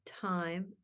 time